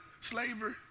slavery